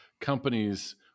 companies